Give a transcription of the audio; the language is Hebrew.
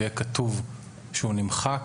ויהיה כתוב שהוא נמחק,